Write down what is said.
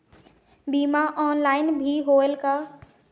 बीमा ऑनलाइन भी होयल का?